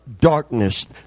darkness